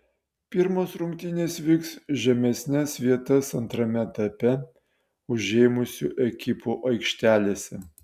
pirmos rungtynės vyks žemesnes vietas antrame etape užėmusių ekipų aikštelėse